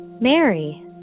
Mary